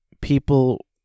people